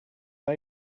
but